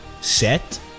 set